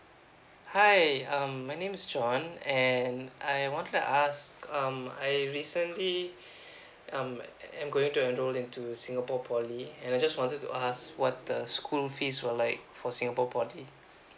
hi um my name is john and I wanted to ask um I recently um I'm going to enroll into singapore poly and I just wanted to ask what the school fees will like for singapore poly